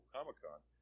Comic-Con